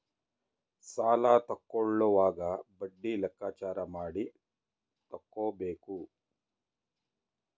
ಸಾಲ ತಕ್ಕೊಳ್ಳೋವಾಗ ಬಡ್ಡಿ ಲೆಕ್ಕಾಚಾರ ಮಾಡಿ ತಕ್ಕೊಬೇಕು